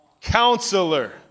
Counselor